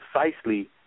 precisely